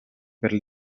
per